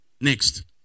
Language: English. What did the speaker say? Next